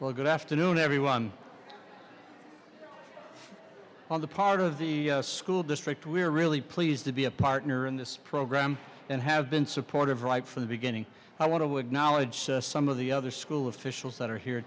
well good afternoon everyone on the part of the school district we're really pleased to be a partner in this program and have been supportive right from the beginning i want to work knowledge so some of the other school officials that are here